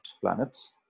planets